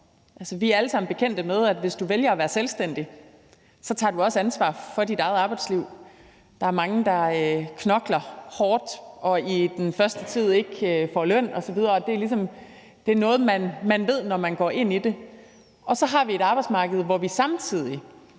Vi er alle sammen bekendt med, at hvis du vælger at være selvstændig, tager du også ansvar for dit eget arbejdsliv. Der er mange, der knokler hårdt og i den første tid ikke får løn osv., og det er noget, man ved, når man går ind i det. Og så har vi samtidig et arbejdsmarked, hvor vi igennem